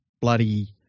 bloody